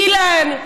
אילן,